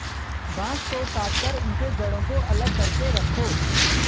बांस को काटकर उनके जड़ों को अलग करके रखो